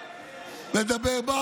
כן, לפני שנייה.